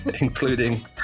including